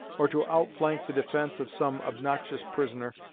or to outflank the defence of some obnoxious prisoner,